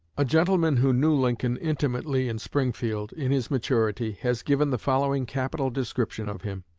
a gentleman who knew lincoln intimately in springfield, in his maturity, has given the following capital description of him.